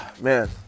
man